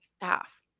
half